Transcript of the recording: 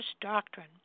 doctrine